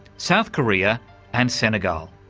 south korea and senegal.